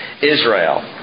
Israel